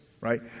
right